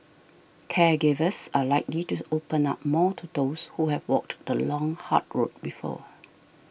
caregivers are likely to open up more to those who have walked the long hard road before